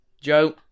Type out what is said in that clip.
Joe